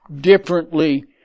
differently